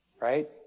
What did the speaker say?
Right